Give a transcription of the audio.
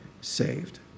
saved